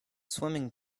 swimming